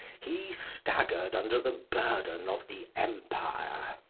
he staggered under the burden of the empire.